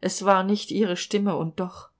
es war nicht ihre stimme und doch